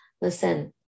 listen